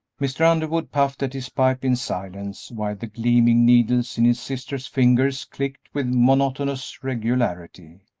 mr. underwood puffed at his pipe in silence, while the gleaming needles in his sister's fingers clicked with monotonous regularity.